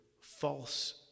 false